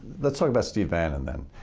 let's talk about steve bannon then.